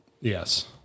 Yes